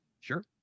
Sure